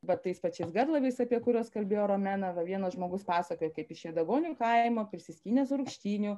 vat tais pačiais garlaiviais apie kuriuos kalbėjo romena va vienas žmogus pasakojo kaip iš jadagonių kaimo prisiskynęs rūgštynių